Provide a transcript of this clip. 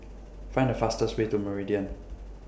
Find The fastest Way to Meridian